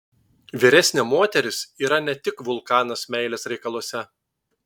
vyresnė moteris yra ne tik vulkanas meilės reikaluose